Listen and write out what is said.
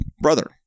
brother